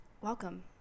Welcome